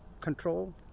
control